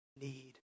need